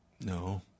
No